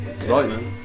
Right